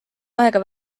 aega